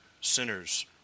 sinners